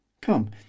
come